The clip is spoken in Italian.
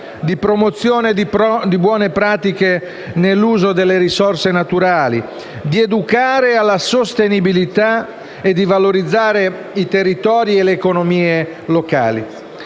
promozione di buone pratiche nell’uso delle risorse naturali; educazione alla sostenibilità e valorizzazione dei territori e delle economie locali.